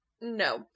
no